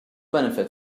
benefit